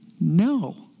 No